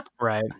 Right